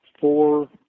four